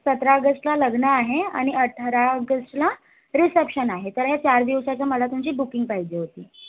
सतरा आगस्टला लग्न आहे आणि अठरा ऑगस्टला रिसेप्शन आहे तर या चार दिवसाचं मला तुमची बुकिंग पाहिजे होती